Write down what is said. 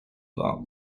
war